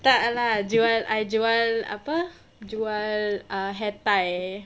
tak lah jual I jual apa jual hair tie